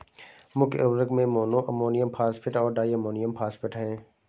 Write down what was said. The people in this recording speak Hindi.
मुख्य उर्वरक में मोनो अमोनियम फॉस्फेट और डाई अमोनियम फॉस्फेट हैं